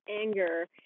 anger